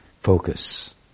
focus